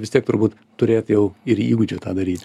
vis tiek turbūt turėt ir įgūdžių tą daryt